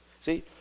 see